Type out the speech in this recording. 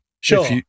Sure